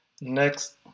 Next